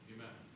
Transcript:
Amen